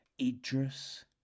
Idris